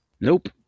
Nope